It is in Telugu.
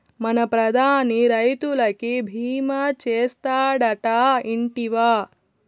మన ప్రధాని రైతులకి భీమా చేస్తాడటా, ఇంటివా